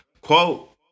Quote